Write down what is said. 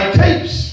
tapes